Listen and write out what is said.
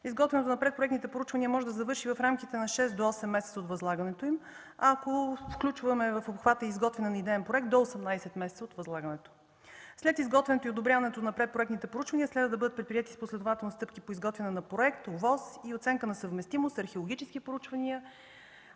Изготвянето на предпроектните проучвания може да завърши в рамките на шест до осем месеца от възлагането им, ако включваме в обхвата изготвяне на идеен проект – до 18 месеца от възлагането. След изготвянето и одобряването на предпроектните проучвания следва да бъдат предприети последователни стъпки по изготвяне на проект, ОВОС и оценка на съвместимост, археологически проучвания.